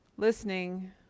listening